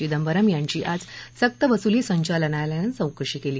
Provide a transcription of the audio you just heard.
चिदंबरम आज सक्तवसुली संचालनालयानं चौकशी केली